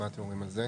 מה אתם אומרים על זה?